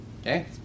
okay